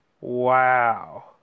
wow